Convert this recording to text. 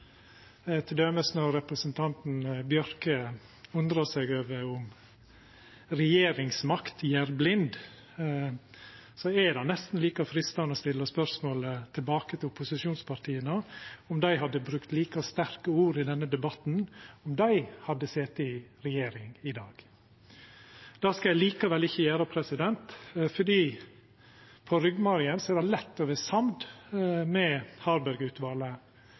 når representanten Bjørke undrar seg over om regjeringsmakt gjer blind, er det nesten like freistande å stilla spørsmålet tilbake til opposisjonspartia om dei hadde brukt like sterke ord i denne debatten om dei hadde sete i regjering i dag. Det skal eg likevel ikkje gjera, for frå ryggmargen er det lett å vera samd med